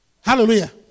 Hallelujah